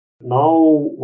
Now